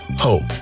Hope